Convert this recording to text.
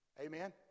Amen